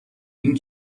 این